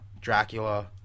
Dracula